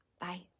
Bye